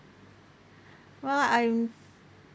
well I'm